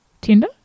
Tinder